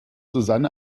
susanne